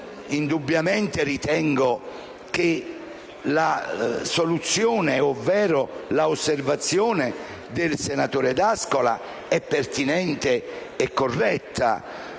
Indubbiamente ritengo che la soluzione, ovvero l'osservazione, del senatore D'Ascola sia pertinente e corretta.